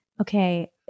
okay